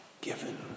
given